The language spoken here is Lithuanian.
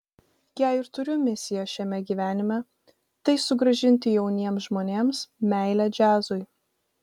jei ir turiu misiją šiame gyvenime tai sugrąžinti jauniems žmonėms meilę džiazui